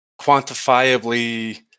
quantifiably